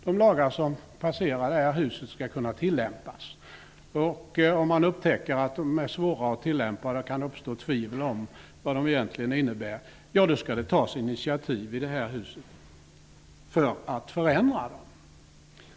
De lagar som passerar det här huset skall kunna tillämpas, och om man upptäcker att de är svåra att tillämpa och att det kan uppstå tvivel om vad de egentligen innebär, skall det tas initiativ i detta hus för att förändra dem.